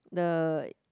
the